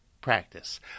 practice